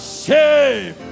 shame